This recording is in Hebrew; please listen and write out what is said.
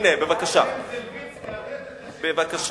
הנה, בבקשה.